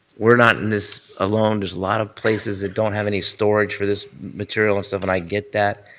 we're not in this alone. there's a lot of places that don't have any storage for this material and stuff, and i get that,